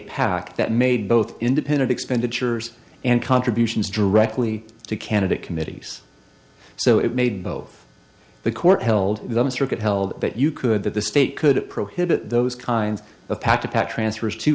pac that made both independent expenditures and contributions directly to candidate committees so it made both the court held that held that you could that the state could prohibit those kinds of pac to pat transfers to